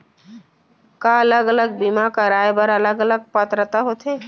का अलग अलग बीमा कराय बर अलग अलग पात्रता होथे?